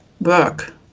work